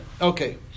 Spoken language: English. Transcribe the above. okay